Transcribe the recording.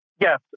Yes